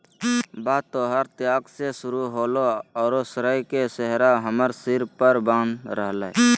बात तोहर त्याग से शुरू होलय औरो श्रेय के सेहरा हमर सिर बांध रहलय